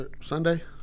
Sunday